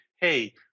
hey